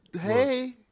hey